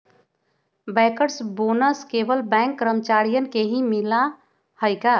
Bankers bonus केवल bank कर्मचारियन के ही मिला हई का?